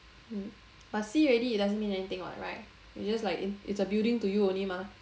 but see already it doesn't mean anything what right it's just like it's a building to you only mah